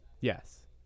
Yes